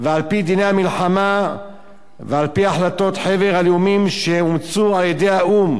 ועל-פי דיני המלחמה ועל-פי החלטות חבר הלאומים שאומצו על-ידי האו"ם